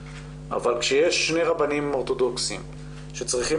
אבל כשיש שני רבנים אורתודוכסים שצריכים